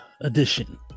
edition